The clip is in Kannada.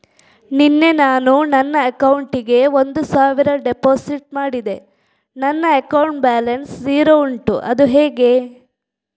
ನಿನ್ನೆ ನಾನು ನನ್ನ ಅಕೌಂಟಿಗೆ ಒಂದು ಸಾವಿರ ಡೆಪೋಸಿಟ್ ಮಾಡಿದೆ ನನ್ನ ಅಕೌಂಟ್ ಬ್ಯಾಲೆನ್ಸ್ ಝೀರೋ ಉಂಟು ಅದು ಹೇಗೆ?